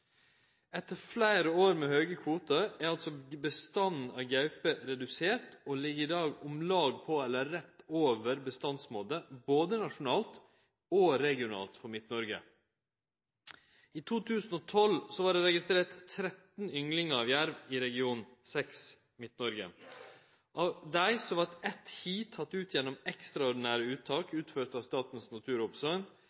Etter fleire år med høge kvoter er altså bestanden av gaupe redusert og ligg i dag om lag på – eller rett over – bestandsmålet, både nasjonalt og regionalt for Midt-Noreg. I 2012 vart det registrert 13 ynglingar av jerv i region 6, Midt-Noreg. Av dei vart eitt hi teke ut gjennom ekstraordinære uttak